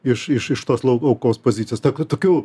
iš iš tos aukos pozicijos kad tokių